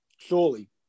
Surely